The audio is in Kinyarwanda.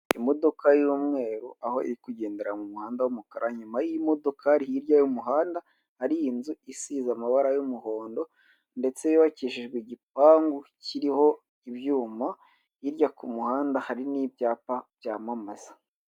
Imodoka y'umweru aho iri kugendera mu muhanda w'umukara, inyuma y'imodoka hirya y'umuhanda hari inzu isize amabara y'umuhondo ndetse yubakishijwe igipangu kiriho ibyuma, hirya ku muhanda hari n'ibyapa byamamaza.